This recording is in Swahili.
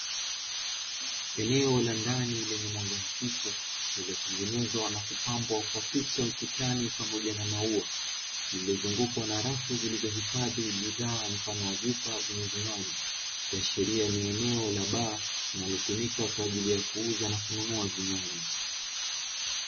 Eneo la ndani lenye mwanga hafifu, lililotengenezwa na kupambwa kwa picha ukutani, pamoja na maua, lililozungukwa na rafu zilizohifadhi bidhaa mfano wa vyupa zenye vinywaji ikiashiria ni eneo la baa linalotumika kwaajili ya kuuza na kununua vinywaji.